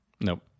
Nope